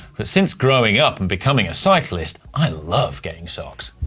but since growing up and becoming a cyclist, i love getting socks.